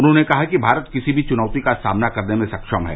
उन्होंने कहा कि भारत किसी भी चुनौती का सामना करने में सक्वम है